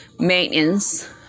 maintenance